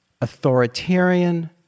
authoritarian